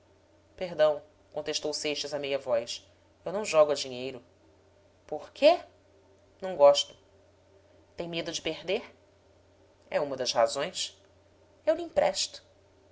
perdão contestou seixas a meia voz eu não jogo a dinheiro por quê não gosto tem medo de perder é uma das razões eu lhe empresto